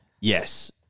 yes